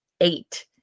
eight